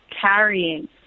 carrying